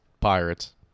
pirates